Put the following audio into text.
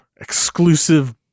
exclusive